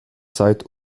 zeit